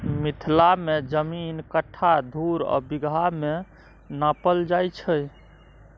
मिथिला मे जमीन कट्ठा, धुर आ बिगहा मे नापल जाइ छै